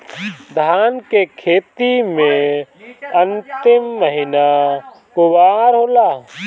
धान के खेती मे अन्तिम महीना कुवार होला?